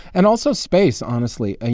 and also space, honestly. and